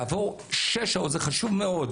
כעבור שש שעות זה חשוב מאוד